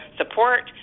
support